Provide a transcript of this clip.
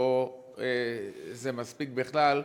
או זה מספיק בכלל?